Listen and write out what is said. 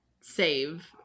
save